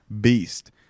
beast